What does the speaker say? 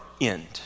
end